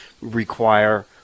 require